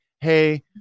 hey